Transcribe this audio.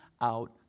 out